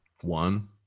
one